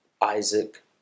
Isaac